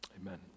amen